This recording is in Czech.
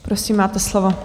Prosím, máte slovo.